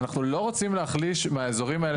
אנחנו לא רוצים להחליש מהאזורים האלה